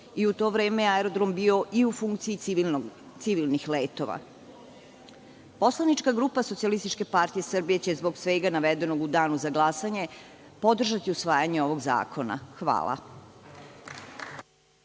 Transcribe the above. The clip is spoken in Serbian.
i to vreme je aerodrom bio i u funkciji civilnih letova. Poslanička grupa SPS će zbog svega navedenog u danu za glasanje podržati usvajanje ovog zakona. Hvala